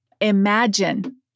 Imagine